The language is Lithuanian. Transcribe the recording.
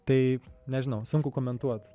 tai nežinau sunku komentuot